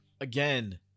Again